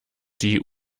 die